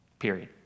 period